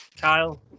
kyle